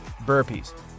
Burpees